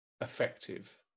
effective